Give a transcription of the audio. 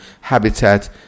habitat